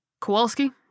Kowalski